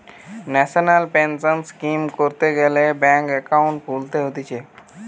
national pension scheme করতে গ্যালে bank account খুলতে হতিছে